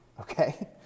okay